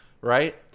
right